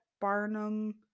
Barnum